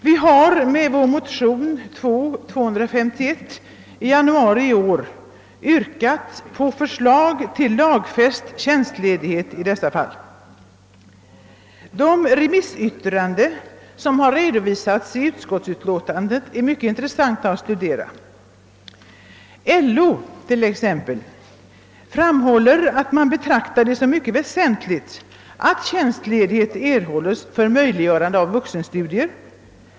Vi har i vår motion, som väcktes i januari i år, yrkat på förslag till lagfäst tjänstledighet i sådana här fall. De remissyttranden som redovisas i utlåtandet är mycket intressanta. LO framhåller t.ex. att man »betraktar det som mycket väsentligt att tjänstledighet erhålles för att möjliggöra vuxenstudier».